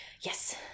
yes